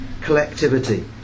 collectivity